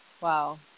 Wow